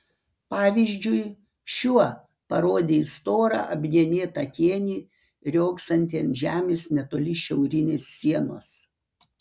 pavyzdžiui šiuo parodė į storą apgenėtą kėnį riogsantį ant žemės netoli šiaurinės sienos